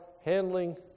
handling